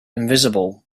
invisible